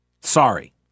Sorry